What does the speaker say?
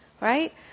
right